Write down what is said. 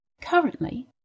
Currently